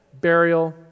burial